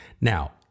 Now